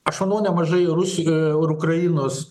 aš manau nemažai rusijoje ukrainos